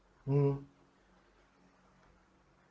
mm